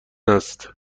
است